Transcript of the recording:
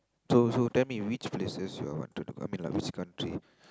so so tell me which places you all want to do like which country